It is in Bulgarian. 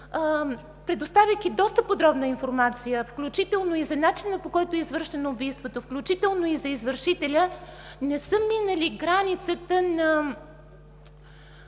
предоставяйки доста подробна информация, включително и за начина, по който е извършено убийството, включително и за извършителя, не са минали границата на